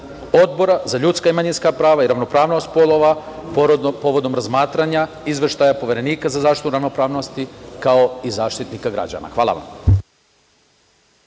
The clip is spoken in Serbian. Odbora za ljudska i manjinska prava i ravnopravnost polova, povodom razmatranja izveštaja Poverenika za zaštitu ravnopravnosti, kao i Zaštitnika građana. Hvala vam.